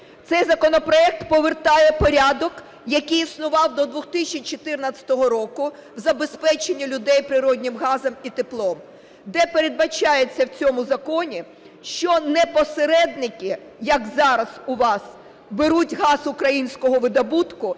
Цей законопроект повертає порядок, який існував до 2014 року, забезпечення людей природнім газом і теплом. Де передбачається в цьому законі, що не посередники, як зараз у вас, беруть газ українського видобутку